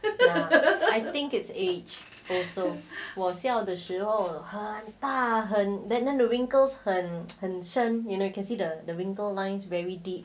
I think it's age also 我笑的时候很大很 then the wrinkles 很很深 you see the wrinkle lines very deep